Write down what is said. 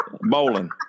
Bowling